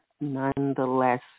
nonetheless